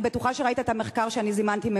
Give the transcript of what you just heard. אני בטוחה שראית את המחקר שאני הזמנתי,